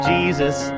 Jesus